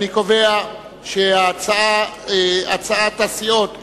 אני קובע שהצעת סיעות חד"ש,